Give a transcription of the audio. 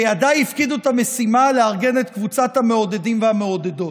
בידיי הפקידו את המשימה לארגן את קבוצת המעודדים והמעודדות.